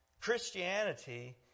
Christianity